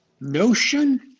notion